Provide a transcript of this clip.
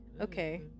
Okay